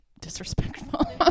disrespectful